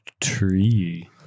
tree